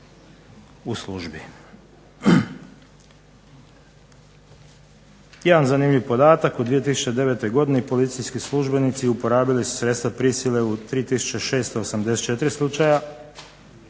u službi. Jedan zanimljiv podatak u 2009. godini policijski službenici uporabili su sredstva prisile u 3 684 slučaja